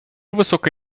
висока